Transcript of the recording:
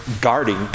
guarding